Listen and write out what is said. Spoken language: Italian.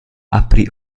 aprì